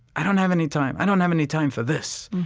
i don't have any time. i don't have any time for this.